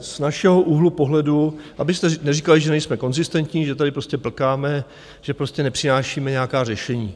Z našeho úhlu pohledu, abyste neříkali, že nejsme konzistentní, že tady prostě plkáme, že prostě nepřinášíme nějaká řešení.